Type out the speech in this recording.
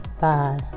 bye